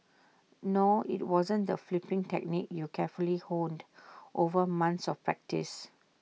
no IT wasn't the flipping technique you carefully honed over months of practice